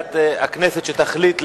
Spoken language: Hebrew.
בוועדת הכנסת,